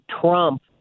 Trump